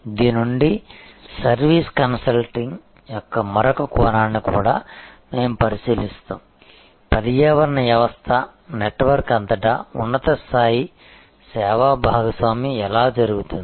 దీని నుండి service consulting యొక్క మరొక కోణాన్ని కూడా మేము పరిశీలిస్తాము పర్యావరణ వ్యవస్థ నెట్వర్క్ అంతటా ఉన్నత స్థాయి సేవా భాగస్వామ్యం ఎలా జరుగుతుంది